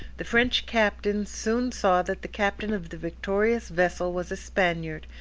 the french captain soon saw that the captain of the victorious vessel was a spaniard,